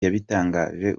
yabitangaje